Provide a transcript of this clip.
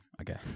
okay